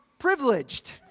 Privileged